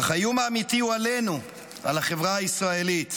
אך האיום האמיתי הוא עלינו, על החברה הישראלית,